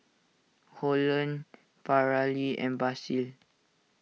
Holland Paralee and Basil